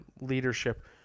leadership